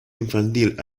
infantil